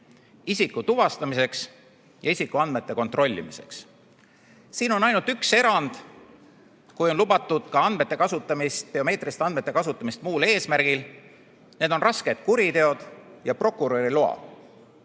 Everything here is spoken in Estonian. isiku tuvastamiseks ja isikuandmete kontrollimiseks. Siin on ainult üks erand, kui on lubatud ka biomeetriliste andmete kasutamist muul eesmärgil – need on rasked kuriteod – ja prokuröri loal.